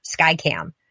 Skycam